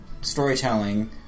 storytelling